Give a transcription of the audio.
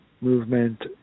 movement